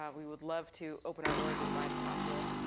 um we would love to open our doors as wide as possible.